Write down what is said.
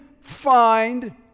find